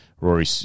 Rory